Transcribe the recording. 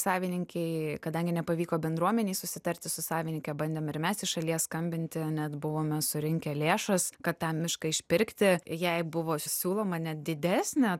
savininkei kadangi nepavyko bendruomenei susitarti su savininke bandėm ir mes iš šalies skambinti net buvome surinkę lėšas kad tą mišką išpirkti jai buvo siūloma net didesnė